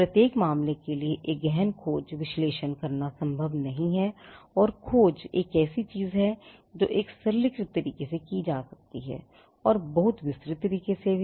प्रत्येक मामले के लिए एक गहन खोज विश्लेषण करना संभव नहीं है और खोज फिर से एक ऐसी चीज है जो एक सरलीकृत तरीके से की जा सकती है और एक बहुत विस्तृत तरीके से भी